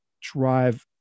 drive